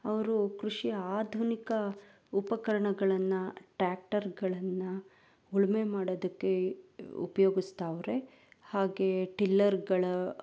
ಅವರು ಕೃಷಿಯ ಆಧುನಿಕ ಉಪಕರಣಗಳನ್ನ ಟ್ಯಾಕ್ಟರ್ಗಳನ್ನು ಉಳುಮೆ ಮಾಡೋದಕ್ಕೆ ಉಪ್ಯೋಗಿಸ್ತಾವ್ರೆ ಹಾಗೇ ಟಿಲ್ಲರ್ಗಳು